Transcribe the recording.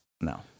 No